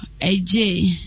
AJ